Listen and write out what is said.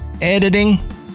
editing